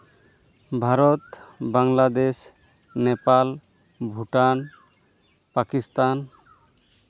Bharat Bangladesh Nepal Bhutan Pakistan